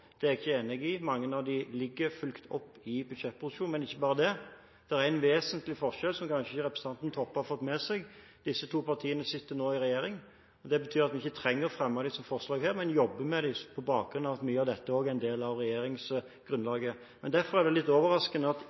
Det er jeg ikke enig i. Mange av dem ligger og er fulgt opp i budsjettproposisjonen, men ikke bare der. Det er en vesentlig forskjell fra i fjor, som kanskje representanten Toppe ikke har fått med seg, og det er at disse to partiene nå sitter i regjering. Det betyr at vi ikke trenger å fremme dem som forslag her, men jobbe med dem på bakgrunn av at mange av dem også en del av regjeringsgrunnlaget. Men derfor er det litt overraskende at